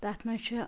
تَتھ مَنٛز چھِ